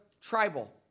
tribal